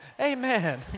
amen